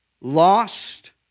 Lost